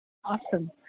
Awesome